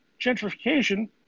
gentrification